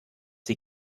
die